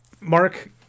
Mark